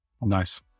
Nice